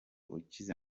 ukize